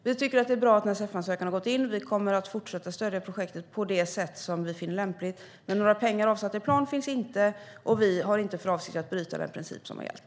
Vi tycker att det är bra att en CEF-ansökan har gått in och kommer att fortsätta stödja projektet på det sätt vi finner lämpligt. Men några pengar avsatta i plan finns inte, och vi har inte för avsikt att bryta den princip som har gällt.